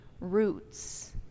roots